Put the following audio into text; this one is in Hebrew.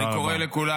אני קורא לכולנו,